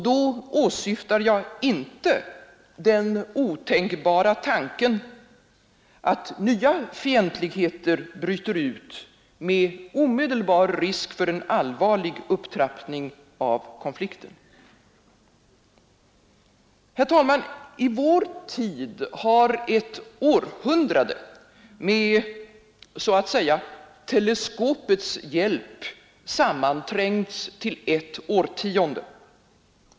Då åsyftar jag inte den otänkbara tanken att nya fientligheter bryter ut med omedelbar risk för en allvarlig upptrappning av konflikten. Herr talman! I vår tid har ett århundrade med så att säga teleskopets hjälp sammanträngts till ett årtionde.